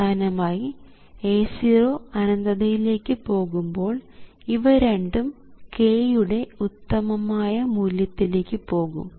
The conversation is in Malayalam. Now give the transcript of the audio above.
അവസാനമായി A0 അനന്തതയിലേക്ക് പോകുമ്പോൾ ഇവ രണ്ടും k യുടെ ഉത്തമമായ മൂല്യത്തിലേക്ക് പോകും